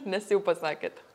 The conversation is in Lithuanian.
nes jau pasakėte